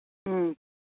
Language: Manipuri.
ꯎꯝ